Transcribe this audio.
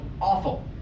awful